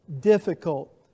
difficult